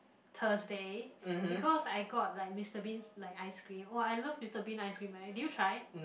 Thursday because I got like Mister Bean's like ice cream oh I love Mister Bean ice cream man did you try